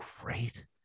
great